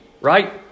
right